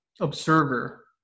observer